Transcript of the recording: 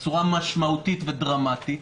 בצורה משמעותית ודרמטית.